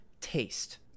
taste